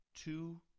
two